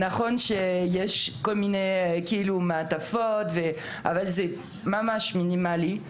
נכון שיש מעטפת אבל זה ממש מינימלי,